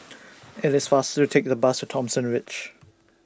IT IS faster to Take The Bus to Thomson Ridge